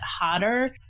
hotter